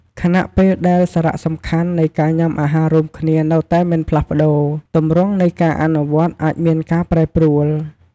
ខណៈពេលដែលសារៈសំខាន់នៃការញ៉ាំអាហាររួមគ្នានៅតែមិនផ្លាស់ប្តូរ ទម្រង់នៃការអនុវត្តអាចមានការប្រែប្រួល។